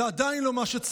זה עדיין לא מה שצריך,